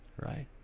Right